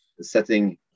setting